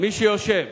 מי שיושב,